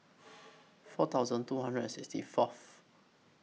four thousand two hundred and sixty Fourth